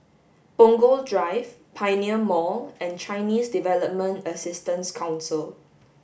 Punggol Drive Pioneer Mall and Chinese Development Assistance Council